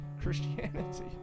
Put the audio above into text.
christianity